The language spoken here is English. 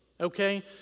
Okay